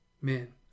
man